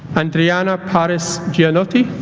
andriana paris gianotti